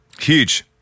Huge